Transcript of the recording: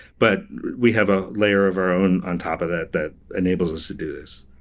but we have a layer of our own on top of that that enables us to do this.